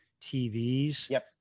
tvs